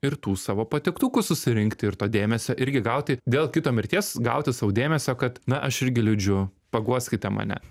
ir tų savo patiktukų susirinkti ir to dėmesio irgi gauti dėl kito mirties gauti sau dėmesio kad na aš irgi liūdžiu paguoskite mane